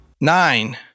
Nine